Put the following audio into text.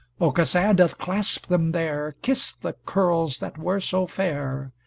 aucassin doth clasp them there, kissed the curls that were so fair,